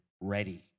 ready